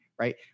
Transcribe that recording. right